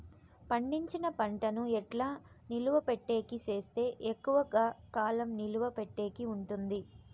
పండించిన పంట ను ఎట్లా నిలువ పెట్టేకి సేస్తే ఎక్కువగా కాలం నిలువ పెట్టేకి ఉంటుంది?